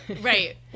Right